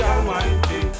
Almighty